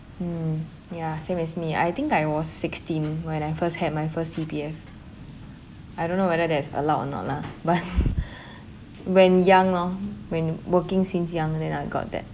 mm ya same as me I think I was sixteen when I first had my first C_P_F I don't know whether that's allowed or not lah but when young orh when working since young and then I got that